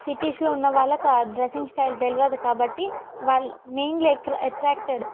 సిటీస్లో ఉన్నవాళ్ళకి ఆ డ్రెస్సింగ్ స్టైల్ తెలియదు కాబట్టి వాళ్ళు మెయిన్లీ అట్రాక్టడ్